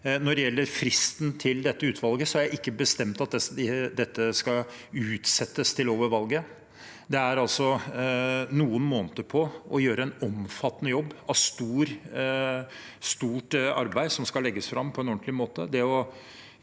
Når det gjelder fristen til dette utvalget, har jeg ikke bestemt at dette skal utsettes til over valget. De har noen måneder på å gjøre en omfattende jobb, og det er et stort arbeid som skal legges fram på en ordentlig måte.